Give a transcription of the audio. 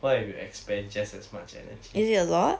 what if you expand just as much energy